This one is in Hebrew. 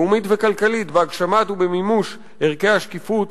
לאומית וכלכלית, בהגשמת ובמימוש ערכי השקיפות